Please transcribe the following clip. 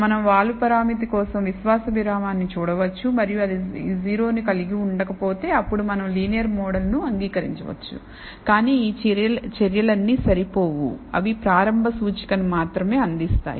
మనం వాలు పరామితి కోసం విశ్వాస విరామాన్ని చూడవచ్చుమరియు అది 0 ను కలిగి ఉండకపోతే అప్పుడు మనం లీనియర్ మోడల్ ను అంగీకరించవచ్చు కానీ ఈ చర్యలన్నీ సరిపోవు అవి ప్రారంభ సూచికను మాత్రమే అందిస్తాయి